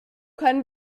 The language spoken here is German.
können